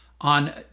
on